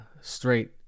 straight